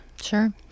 Sure